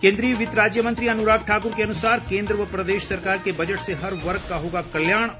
केन्द्रीय वित्त राज्य मंत्री अनुराग ठाकुर के अनुसार केन्द्र व प्रदेश सरकार के बजट से हर वर्ग का होगा कल्याणे